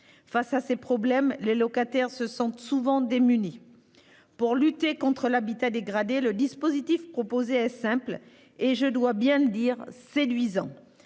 Face à ces problèmes, les locataires se sentent souvent démunis. Pour lutter contre l'habitat dégradé, le dispositif proposé est simple et, je dois le dire, séduisant